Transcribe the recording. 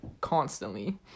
constantly